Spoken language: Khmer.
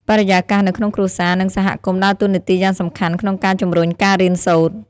បរិយាកាសនៅក្នុងគ្រួសារ និងសហគមន៍ដើរតួនាទីយ៉ាងសំខាន់ក្នុងការជំរុញការរៀនសូត្រ។